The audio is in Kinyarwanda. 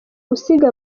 gusiga